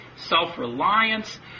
self-reliance